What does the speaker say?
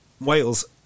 Wales